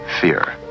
fear